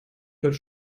heute